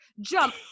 jump